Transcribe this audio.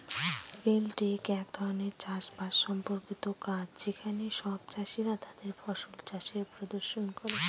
field day এক ধরনের চাষ বাস সম্পর্কিত কাজ যেখানে সব চাষীরা তাদের ফসল চাষের প্রদর্শন করে